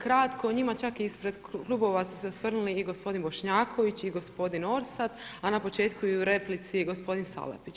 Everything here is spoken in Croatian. Kratko o njima čak i ispred klubova su se osvrnuli i gospodin Bošnjaković i gospodin Orsat, a na početku i u replici gospodin Salapić.